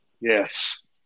Yes